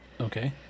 Okay